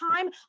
time